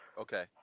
okay